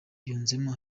yunzemo